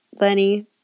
Lenny